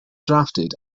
drafted